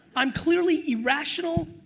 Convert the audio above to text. i'm clearly irrational,